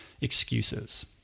excuses